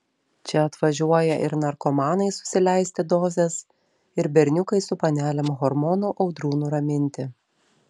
čia atvažiuoja ir narkomanai susileisti dozės ir berniukai su panelėm hormonų audrų nuraminti